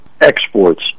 exports